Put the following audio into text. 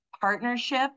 partnership